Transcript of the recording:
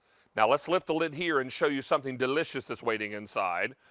now, let's lift the lid here and show you something delicious that's waiting inside.